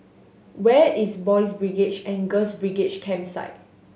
where is Boys' Brigade and Girls' Brigade Campsite